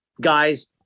guys